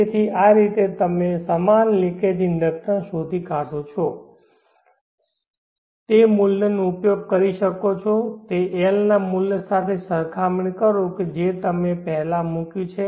તેથી આ રીતે તમે સમાન લિકેજ ઇન્ડક્ટન્સ શોધી શકો છો તે મૂલ્યનો ઉપયોગ કરી શકો છો તે L ના મૂલ્ય સાથે સરખામણી કરો કે જે તમે પહેલાં મૂક્યું છે